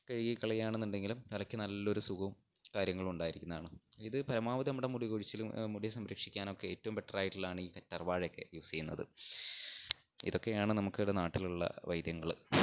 കഴുകിക്കളയുകയാണെന്നുണ്ടെങ്കിലും തലയ്ക്ക് നല്ലയൊരു സുഖവും കാര്യങ്ങളുമുണ്ടായിരിക്കുന്നതാണ് ഇത് പരമാവധി നമ്മുടെ മുടികൊഴിച്ചിലും മുടി സംരക്ഷിക്കാനുമൊക്കെ ഏറ്റവും ബെറ്ററായിട്ടുള്ളതാണ് ഈ കറ്റാർവാഴയൊക്കെ യൂസ് ചെയ്യുന്നത് ഇതൊക്കെയാണ് നമുക്കിവിടെ നാട്ടിലുള്ള വൈദ്യങ്ങള്